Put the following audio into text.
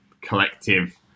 collective